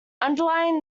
underlying